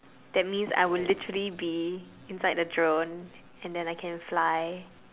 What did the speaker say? that means I would literally be inside the drone and then I can fly